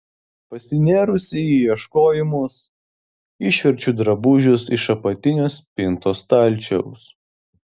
pasinėrusi į ieškojimus išverčiu drabužius iš apatinio spintos stalčiaus